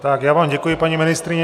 Tak já vám děkuji, paní ministryně.